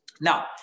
Now